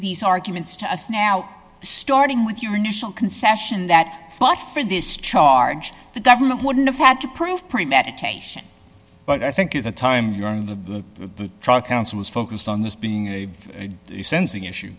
these arguments to us now starting with your initial concession that but for this charge the government wouldn't have had to prove premeditation but i think at the time during the trial counsel was focused on this being a sensing issue